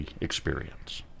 experience